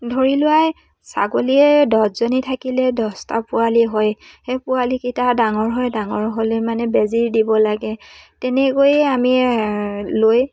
ধৰি লোৱা এই ছাগলীয়ে দহজনী থাকিলে দহটা পোৱালী হয় সেই পোৱালিকেইটা ডাঙৰ হয় ডাঙৰ হ'লে মানে বেজী দিব লাগে তেনেকৈয়ে আমি লৈ